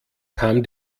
kam